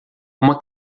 uma